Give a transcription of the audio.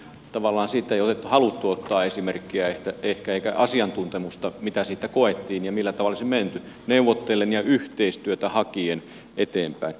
tavallaan siitä ei haluttu ottaa esimerkkiä ehkä eikä asiantuntemusta mitä siitä koettiin ja millä tavalla olisi menty neuvotellen ja yhteistyötä hakien eteenpäin